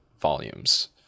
volumes